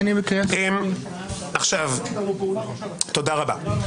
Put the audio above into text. תודה רבה.